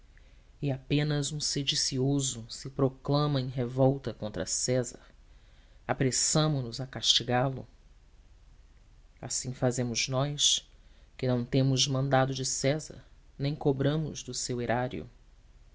e apenas um sedicioso se proclama em revolta contra césar apressamo nos a castigá-lo assim fazemos nós que não temos mandado de césar nem cobramos do seu erário